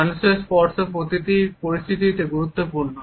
মানুষের স্পর্শ প্রতিটি পরিস্থিতিতে গুরুত্বপূর্ণ